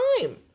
time